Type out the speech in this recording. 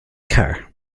car